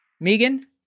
Megan